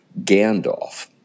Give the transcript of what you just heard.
Gandalf